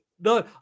No